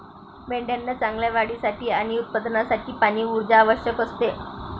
मेंढ्यांना चांगल्या वाढीसाठी आणि उत्पादनासाठी पाणी, ऊर्जा आवश्यक असते